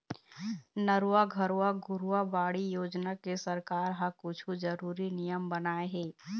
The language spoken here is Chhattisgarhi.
नरूवा, गरूवा, घुरूवा, बाड़ी योजना के सरकार ह कुछु जरुरी नियम बनाए हे